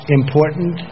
important